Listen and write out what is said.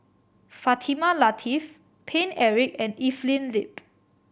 Fatimah Lateef Paine Eric and Evelyn Lip